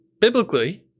biblically